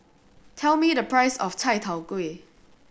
tell me the price of chai tow kway